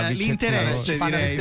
l'interesse